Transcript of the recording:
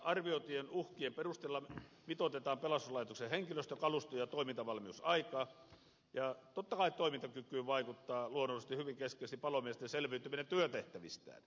arvioitujen uhkien perusteella mitoitetaan pelastuslaitoksen henkilöstö kalusto ja toimintavalmiusaika ja totta kai toimintakykyyn vaikuttaa luonnollisesti hyvin keskeisesti palomiesten selviytyminen työtehtävistään